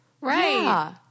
Right